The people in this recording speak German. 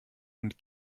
und